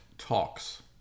talks